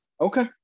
Okay